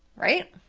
right?